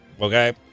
Okay